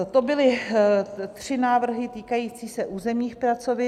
To byly tři návrhy týkající se územních pracovišť.